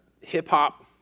hip-hop